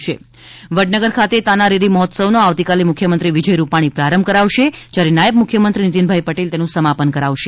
repeat Tana Riri મહોત્સવ award Vadnagar ખાતે તાનારીરી મહોત્સવનો આવતીકાલે મુખ્યમંત્રી વિજય રૂપાણી પ્રારંભ કરાવશે જ્યારે નાયબ મુખ્યમંત્રી નીતિનભાઇ પટેલ તેનું સમાપન કરાવશે